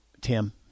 Tim